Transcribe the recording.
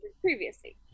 previously